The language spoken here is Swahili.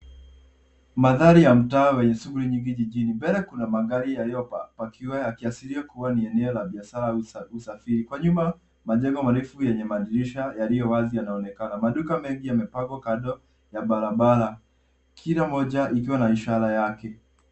Mandhari ya mtaa wenye shughuli nyingi jijini. Mbele kuna magari yaliyopakiwa yakiashiria kuwa ni eneo la biashara au za usafiri. Kwa nyuma majengo marefu yenye madirisha yaliyo wazi yanaonekana. Maduka mengi yamepangwa kando ya barabara. Kila moja ikiwa na ishara yake.